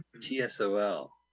t-s-o-l